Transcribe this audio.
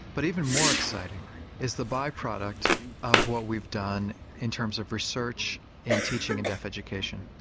but even more exciting is the by-product of what we've done in terms of research in teaching in deaf education.